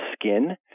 skin